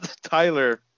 Tyler